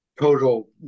total